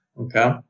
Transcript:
Okay